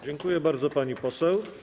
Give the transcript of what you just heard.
Dziękuję bardzo, pani poseł.